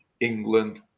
England